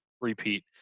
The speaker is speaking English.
repeat